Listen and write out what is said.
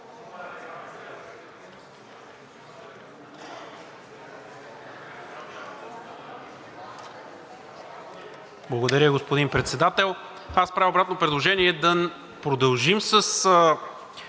Благодаря, господин Председател. Аз правя обратно предложение – да продължим с